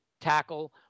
tackle